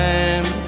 Time